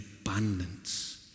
abundance